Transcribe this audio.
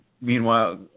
meanwhile